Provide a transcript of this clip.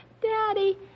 Daddy